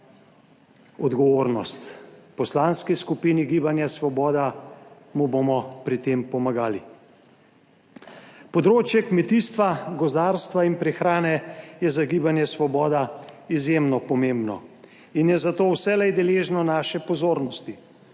odgovornost. V poslanski skupini Gibanja Svoboda mu bomo pri tem pomagali. Področje kmetijstva, gozdarstva in prehrane je za Gibanje Svoboda izjemno pomembno in je zato vselej deležno naše pozornosti.